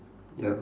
ya